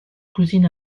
cousine